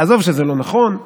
עזוב שזה לא נכון,